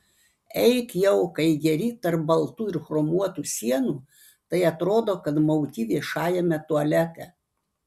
eik jau kai geri tarp baltų ir chromuotų sienų tai atrodo kad mauki viešajame tualete